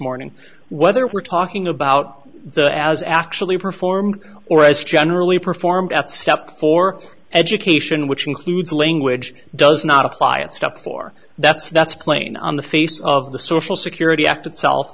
morning whether we're talking about the as actually performed or as generally performed at step four education which includes language does not apply at stop for that's that's plain on the face of the social security act itself